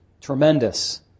Tremendous